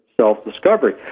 self-discovery